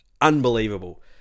unbelievable